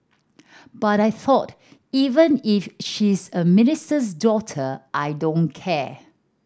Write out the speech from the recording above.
but I thought even if she's a minister's daughter I don't care